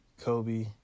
Kobe